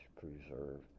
Preserve